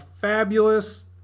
fabulous